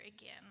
again